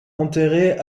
enterré